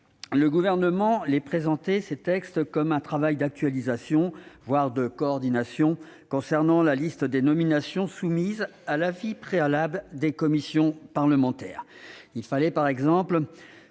le Gouvernement les présentait comme un travail d'actualisation, voire de coordination, concernant la liste des nominations soumises à l'avis préalable des commissions parlementaires. Il fallait, par exemple,